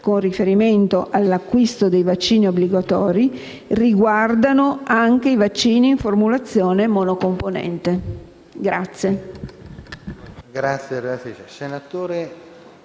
con riferimento all'acquisto dei vaccini obbligatori, riguardano anche i vaccini in formulazione monocomponente».